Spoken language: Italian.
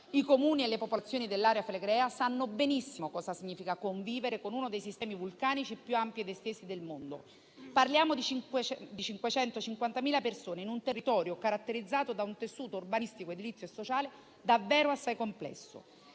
I Comuni e le popolazioni dell'area flegrea sanno benissimo cosa significa convivere con uno dei sistemi vulcanici più ampi ed estesi del mondo. Parliamo di 550.000 persone in un territorio caratterizzato da un tessuto urbanistico, edilizio e sociale davvero assai complesso.